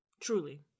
truly